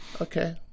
Okay